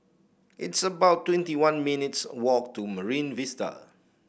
it's about twenty one minutes' walk to Marine Vista